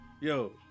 Yo